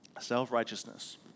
Self-righteousness